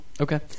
Okay